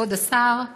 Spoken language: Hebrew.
כבוד השר,